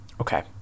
Okay